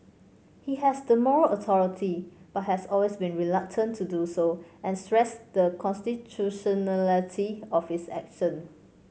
he has the moral authority but has always been reluctant to do so and stressed the constitutionality of his action